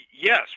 yes